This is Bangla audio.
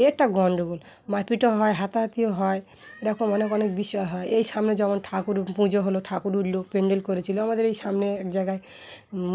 এ একটা গণ্ডগোল মারপিটও হয় হাতাহাতিও হয় দেখো অনেক অনেক বিষয় হয় এই সামনে যেমন ঠাকুর পুজো হলো ঠাকুর উ লোক প্যান্ডেল করেছিলো আমাদের এই সামনে এক জায়গায়